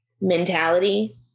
mentality